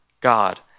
God